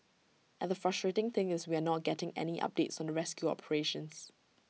and the frustrating thing is we are not getting any updates on the rescue operations